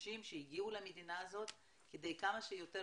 אנשים שהגיעו למדינה הזאת כדי כמה שיותר